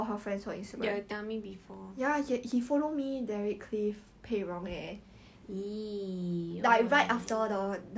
this is just toxic sia to be honest ya lah it's like